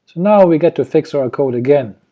now we get to fix our code again.